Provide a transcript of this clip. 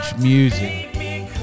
music